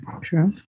True